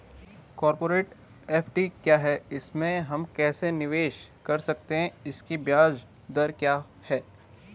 Corporate FD क्या है इसमें हम कैसे निवेश कर सकते हैं इसकी ब्याज दर क्या है?